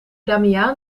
damiaan